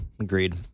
Agreed